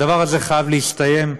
הדבר הזה חייב להסתיים.